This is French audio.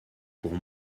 pour